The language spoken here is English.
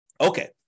Okay